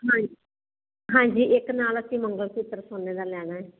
ਹਾਂਜੀ ਹਾਂਜੀ ਇੱਕ ਨਾਲ ਅਸੀਂ ਮੰਗਲਸੂਤਰ ਸੋਨੇ ਦਾ ਲੈਣਾ ਏ